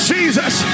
Jesus